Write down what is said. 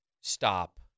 stop